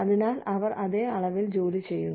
അതിനാൽ അവർ അതേ അളവിൽ ജോലി ചെയ്യുന്നു